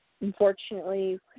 unfortunately